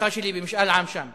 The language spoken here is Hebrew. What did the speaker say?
התמיכה שלי במשאל עם שם.